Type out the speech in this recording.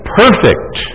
perfect